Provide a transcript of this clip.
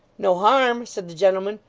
no harm said the gentleman.